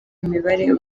imibare